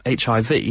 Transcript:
HIV